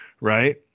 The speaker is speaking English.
right